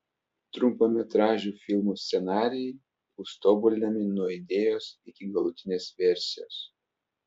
trumpametražių filmų scenarijai bus tobulinami nuo idėjos iki galutinės versijos